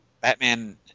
Batman